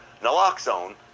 naloxone